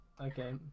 Okay